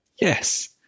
Yes